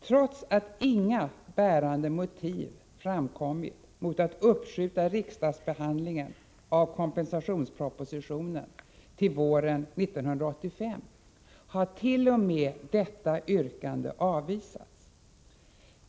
Trots att inga bärande motiv framkommit mot att uppskjuta riksdagsbehandlingen av kompensationspropositionen till våren 1985, hart.o.m. detta yrkande avvisats.